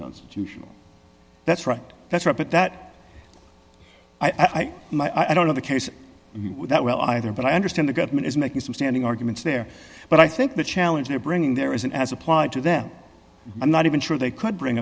constitutional that's right that's right but that i do my i don't know the case that well either but i understand the government is making some standing arguments there but i think the challenge they're bringing there isn't as applied to them i'm not even sure they could bring